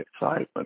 excitement